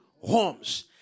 homes